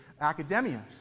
academia